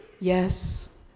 yes